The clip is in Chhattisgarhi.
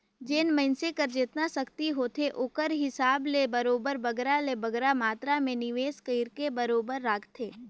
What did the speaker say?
जेन मइनसे कर जेतना सक्ति होथे ओकर हिसाब ले बरोबेर बगरा ले बगरा मातरा में निवेस कइरके बरोबेर राखथे